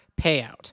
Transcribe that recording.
payout